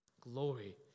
Glory